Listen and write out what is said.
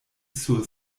sur